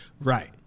right